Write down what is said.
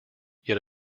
yet